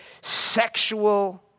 sexual